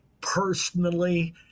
personally